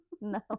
no